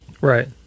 right